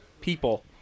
people